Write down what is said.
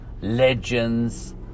legends